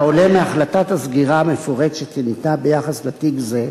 כעולה מהחלטת הסגירה המפורשת שניתנה ביחס לתיק זה,